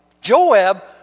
Joab